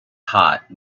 hot